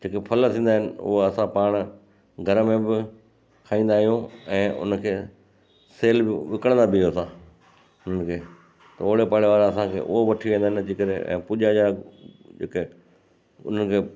जेके फल थींदा आहिनि हूअ असां पाण घर में बि खाईंदा आहियूं ऐं उनखे सेल बि विकिणीदा बि असां उन्हनि खे त ओड़े पाड़े वारा असांखे उहो वठी वञनि जे करे ऐं पूजा जा जेके उन्हनि खे